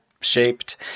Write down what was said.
shaped